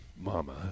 Mama